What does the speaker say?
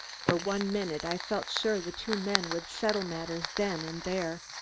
for one minute i felt sure the two men would settle matters then and there.